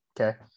Okay